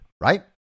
right